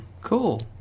Cool